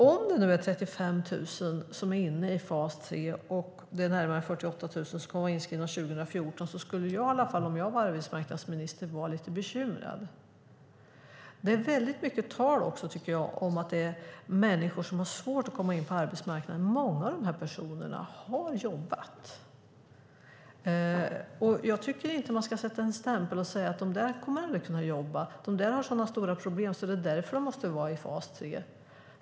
Om det nu är 35 000 personer som är inne i fas 3 och närmare 48 000 som kommer att vara inskrivna 2014 skulle jag vara lite bekymrad om jag var arbetsmarknadsminister. Jag tycker också att det är väldigt mycket tal om att det är människor som har svårt att komma in på arbetsmarknaden. Många av dessa personer har jobbat, och jag tycker inte att man ska sätta en stämpel på dem och säga: De där kommer aldrig att kunna jobba. De där har så stora problem, och det är därför de måste vara i fas 3.